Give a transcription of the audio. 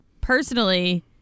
Personally